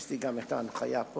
יש לי גם את ההנחיה פה,